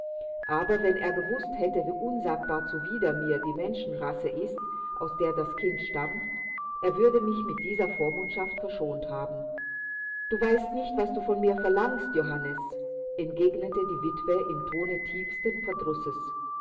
aber wenn er gewußt hätte wie unsagbar zuwider mir die menschenrasse ist aus der das kind stammt er würde mich mit dieser vormundschaft verschont haben du weißt nicht was du von mir verlangst johannes entgegnete die witwe im tone tiefsten verdrusses